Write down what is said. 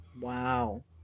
Wow